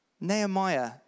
Nehemiah